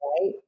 Right